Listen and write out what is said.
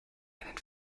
einen